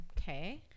okay